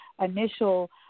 initial